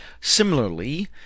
Similarly